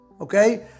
okay